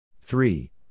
three